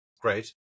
Great